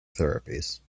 therapies